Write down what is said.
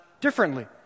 differently